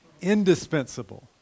indispensable